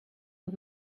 und